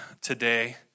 today